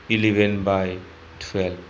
eleven by twelve